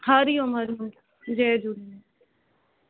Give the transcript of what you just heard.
हरिओम हरिओम जय झूले